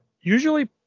usually